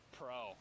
pro